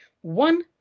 One